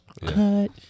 cut